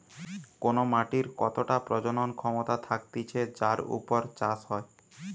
কোন মাটির কতটা প্রজনন ক্ষমতা থাকতিছে যার উপর চাষ হয়